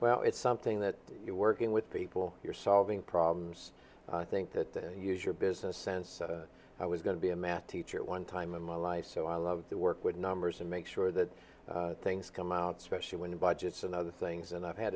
well it's something that you're working with people you're solving problems i think that use your business sense i was going to be a math teacher at one time in my life so i love to work with numbers and make sure that things come out specially when budgets and other things and i've had